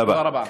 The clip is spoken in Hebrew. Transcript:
תודה רבה.